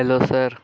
hello sir